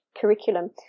curriculum